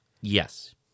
yes